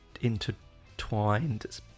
intertwined